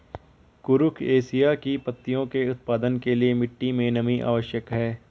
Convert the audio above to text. कुरुख एशिया की पत्तियों के उत्पादन के लिए मिट्टी मे नमी आवश्यक है